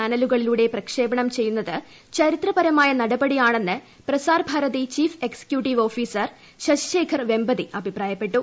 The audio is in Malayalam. ചാനലുകളിലൂടെ പ്രക്ഷേപണം ചെയ്യുന്നത് ചരിത്രപരമായ നടപടിയാണെന്ന് Prasar Bharati chief executive officer Shashi Shekhar Vempati അഭിപ്രായപ്പെട്ടു